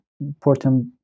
important